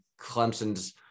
Clemson's –